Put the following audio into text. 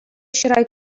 чырай